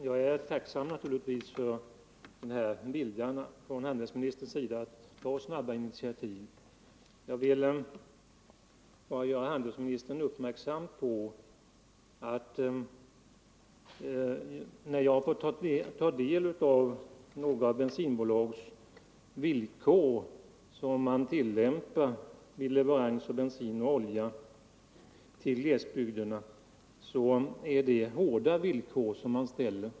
Herr talman! Jag är naturligtvis tacksam för handelsministerns vilja att ta snabba initiativ. Jag vill bara göra handelsministern uppmärksam på att jag, när jag fått ta del av de villkor som några bensinbolag tillämpar vid leverans av bensin och olja till glesbygderna, har funnit att det är hårda villkor som man ställer.